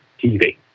TV